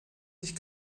sich